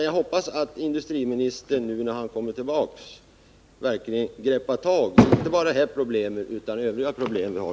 Jag hoppas att industriministern nu verkligen greppar tag inte bara i de här problemen utan också i de övriga problem som vi har.